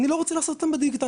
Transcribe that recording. אני לא רוצה לעשות אותם בדיגיטל,